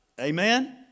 Amen